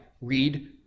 read